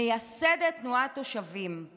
מייסדת תנועת "תושווים";